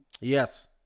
Yes